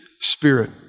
spirit